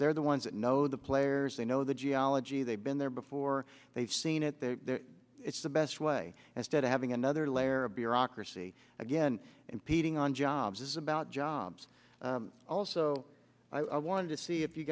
they're the ones that know the players they know the geology they've been there before they've seen it it's the best way instead of having another layer of bureaucracy again impeding on jobs is about jobs so i wanted to see if you